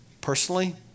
Personally